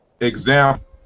example